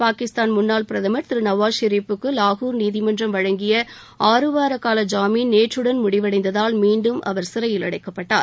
பாகிஸ்தான் முன்னாள் பிரதமர் நவாஸ் ஷெரீபுக்கு லாகூர் நீதிமன்றம் வழங்கிய ஆறுவார கால ஜாமீன் நேற்றுடன் முடிவடைந்ததால் மீண்டும் அவர் சிறையில் அடைக்கப்பட்டார்